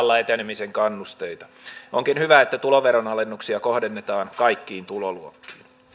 ja uralla etenemisen kannusteita onkin hyvä että tuloveron alennuksia kohdennetaan kaikkiin tuloluokkiin